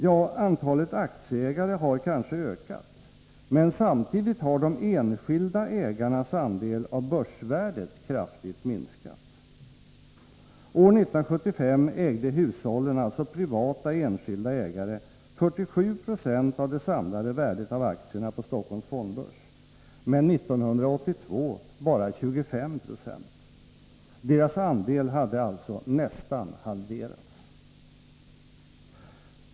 Ja, antalet aktieägare har kanske ökat, men samtidigt har de enskilda ägarnas andel av börsvärdet kraftigt minskat. År 1975 ägde hushållen, alltså privata, enskilda aktieägare, 47 Zo av det samlade värdet av aktierna på Stockholms fondbörs, men 1982 bara 25 96. Deras andel hade alltså nästan halverats.